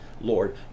Lord